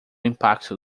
impacto